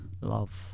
love